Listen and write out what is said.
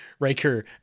Riker